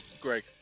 Greg